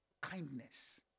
kindness